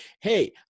hey